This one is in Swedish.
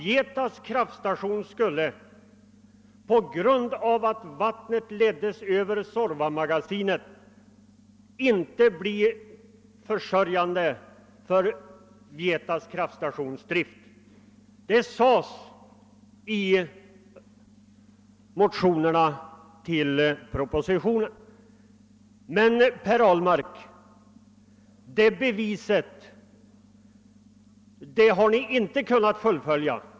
Man har sagt att på grund av att vattnet leddes över Suorvamagasinet skulle vattentillgången bli otillräcklig för att driva Vietas kraftstation. Men, Per Ahlmark, det påståendet har Ni inte kunnat bevisa.